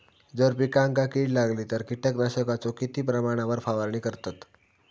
जर पिकांका कीड लागली तर कीटकनाशकाचो किती प्रमाणावर फवारणी करतत?